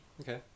Okay